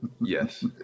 yes